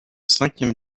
cinquième